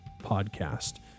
podcast